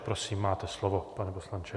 Prosím, máte slovo, pane poslanče.